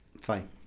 fine